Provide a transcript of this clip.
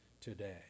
today